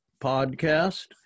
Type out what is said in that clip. podcast